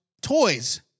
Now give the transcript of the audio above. toys